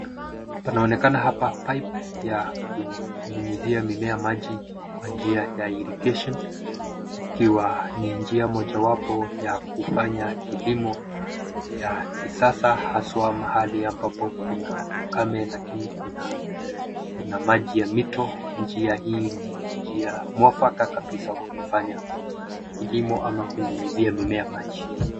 Panaonekana hapa pipe ya kunyunyuzia mimea maji kwa njia ya irrigation ikiwa ni njia mojawapo ya kufanya kilimo ya kisasa haswa mahali ambapo kuna ukame lakini kuna maji ya mito. Njia hii ni njia mwafaka kabisa kwa kufanya kilimo ama kunyunyuzia mimea maji.